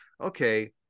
okay